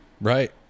Right